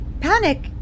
panic